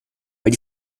weil